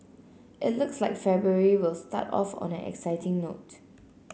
it looks like February will start off on an exciting note